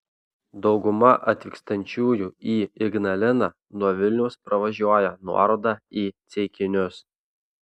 dauguma atvykstančiųjų į ignaliną nuo vilniaus pravažiuoja nuorodą į ceikinius